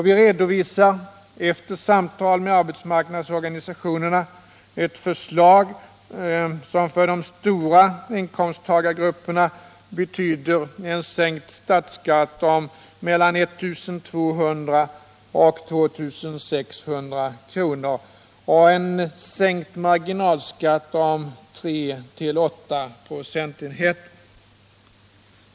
Vi redovisar efter samtal med arbetsmarknadsorganisationerna ett förslag som för de stora inkomsttagargrupperna betyder en sänkning av statsskatten med mellan 1 200 och 2 600 kr. och en sänkning av marginalskatten med 3-8 procentenheter.